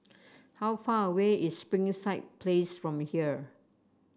how far away is Springside Place from here